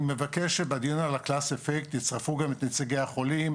אז אני מבקש שבדיון על ה-class effect יצרפו גם את נציגי החולים.